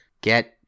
get